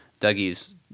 Dougie's